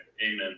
Amen